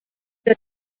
der